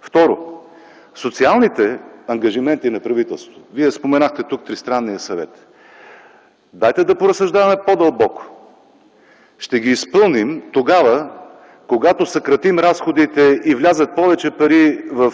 Второ, социалните ангажименти на правителството. Вие споменахте тук Тристранния съвет. Дайте да поразсъждаваме по-дълбоко: ще ги изпълним, когато съкратим разходите, влязат повече пари в